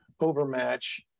overmatch